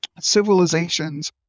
civilizations